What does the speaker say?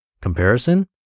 comparison